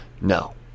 No